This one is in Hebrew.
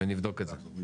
נבדוק את זה.